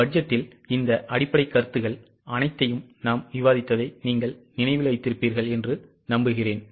பட்ஜெட்டில் இந்த அடிப்படைக் கருத்துகள் அனைத்தையும் நாம் விவாதித்ததை நீங்கள் நினைவில் வைத்திருப்பீர்கள் என்று நம்புகிறேன்